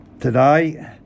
today